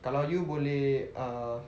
kalau you boleh err